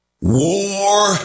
War